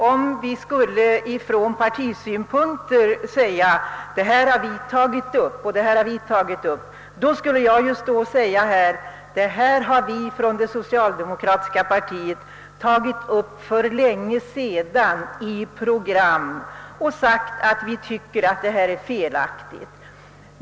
Om man skulle se saken ur partipolitisk synpunkt och tvista om vem som först tagit initiativ, skulle jag kunna säga att vi i det socialdemokratiska partiet för länge sedan tagit upp dessa ting på vårt program och uttalat att vi tycker att det nuvarande systemet behöver omarbetas.